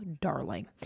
darling